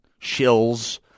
shills